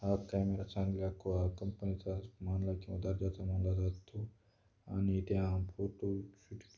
हा कॅमेरा चांगला आको हा कंपनीचा मानला किंवा दर्जाचा मानला जातो आणि त्या फोटोशूट के